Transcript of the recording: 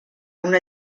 una